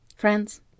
Friends